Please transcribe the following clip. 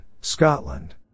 Scotland